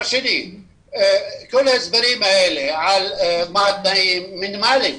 כל ההסברים האלה, אלה תנאים מינימליים.